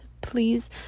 please